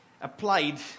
applied